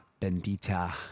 Bendita